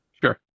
Sure